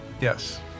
Yes